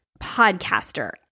podcaster